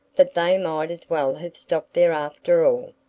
that they might as well have stopped there after all,